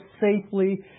safely